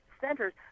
centers